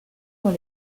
dans